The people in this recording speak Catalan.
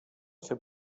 ser